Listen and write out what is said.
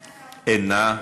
איננה.